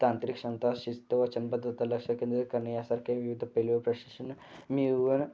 तांत्रिक क्षमता शिस्त व लक्ष केंद्रित करणे यासारखे विविध पैलू प्रशिक्षण मिळवणं